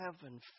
heaven